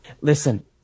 Listen